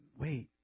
Wait